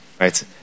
Right